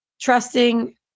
trusting